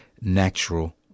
natural